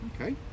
Okay